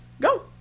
go